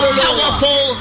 powerful